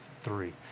three